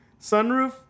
Sunroof